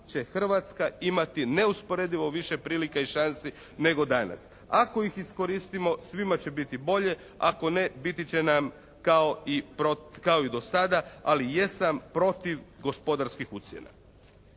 će Hrvatska imati neusporedivo više prilika i šansi nego li danas. Ako ih iskoristimo svima će biti bolje. Ako ne biti će nam kao i do sada. Ali jesam protiv gospodarskih ucjena.